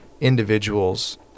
individuals